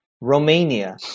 Romania